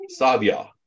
Sadia